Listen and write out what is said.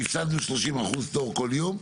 הפסדנו 30% תור כל יום?